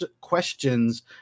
questions